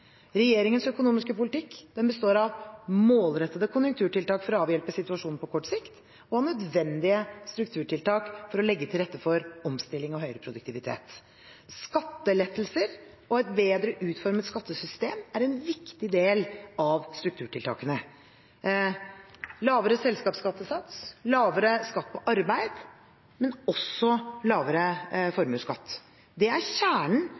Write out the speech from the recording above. Regjeringens økonomiske politikk består av målrettede konjunkturtiltak for å avhjelpe situasjonen på kort sikt og nødvendige strukturtiltak for å legge til rette for omstilling og høyere produktivitet. Skattelettelser og et bedre utformet skattesystem er en viktig del av strukturtiltakene. Lavere selskapsskattesats, lavere skatt på arbeid, men også lavere formuesskatt er kjernen